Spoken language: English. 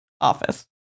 office